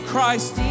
Christ